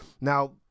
Now